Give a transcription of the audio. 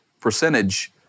percentage